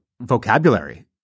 vocabulary